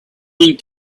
long